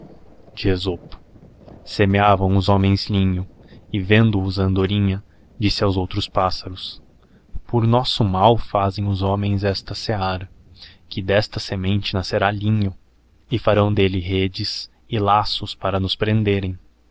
outras aves semeavãoos homens linho e vendoos a andorinha disse aos outros pássaros por nosso mal fazem os homens esta seara que desta semente nascerá linho e farão delie redes e laços para nos prenderem